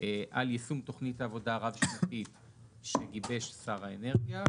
על יישום תוכנית העבודה הרב שנתית שגיבש שר האנרגיה,